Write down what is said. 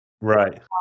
Right